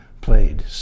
played